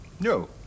No